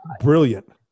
brilliant